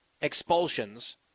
expulsions